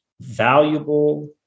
valuable